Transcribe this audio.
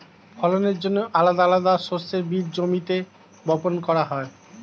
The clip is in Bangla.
ফলনের জন্যে আলাদা আলাদা শস্যের বীজ জমিতে বপন করা হয়